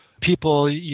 People